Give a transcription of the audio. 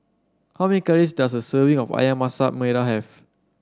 how many calories does a serving of ayam Masak Merah have